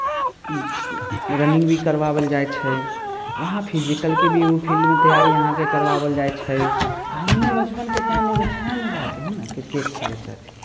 running भी करवाओल जाइ छै वहाँ फिजिकलके भी ओ फिल्डमे तैयारी अहाँके करवाओल जाइ छै आ हमे बचपनके टाइममे उएहमे जा कऽ हइ ने क्रिकेट खेलैत रहियै